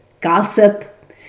gossip